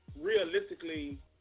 realistically